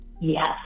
yes